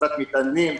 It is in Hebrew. בהטסת מטענים,